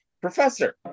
Professor